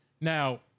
Now